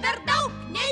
per daug nei